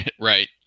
Right